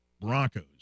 Broncos